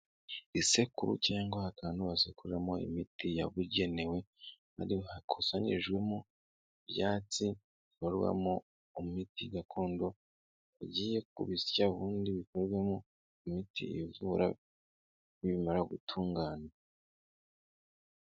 Isekuru cyangwa akantu bazikuramo imiti yabugenewe, hari hakusanyirijwemo ibyatsi bibarwamo imiti gakondo ugiye kubisya ubundi bikorwemo imiti ivura nibimara gutunganywa.